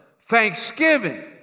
thanksgiving